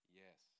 yes